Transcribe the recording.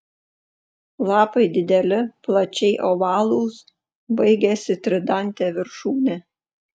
lapai dideli plačiai ovalūs baigiasi tridante viršūne